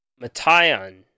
Matayan